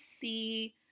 see